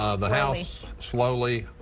ah the house slowly,